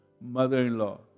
mother-in-law